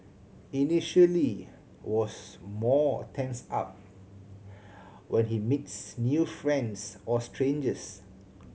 initially was more tense up when he meets new friends or strangers